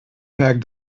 packed